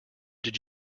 did